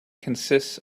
consists